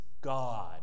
God